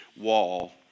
wall